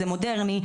זה מודרני,